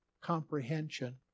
comprehension